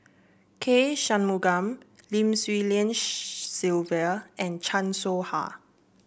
K Shanmugam Lim Swee Lian Sylvia and Chan Soh Ha